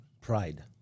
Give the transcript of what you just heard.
pride